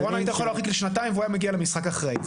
בקורונה היית יכול להרחיק לשנתיים והוא היה מגיע למשחק אחרי.